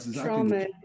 trauma